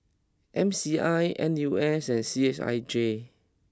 M C I N U S and C S I J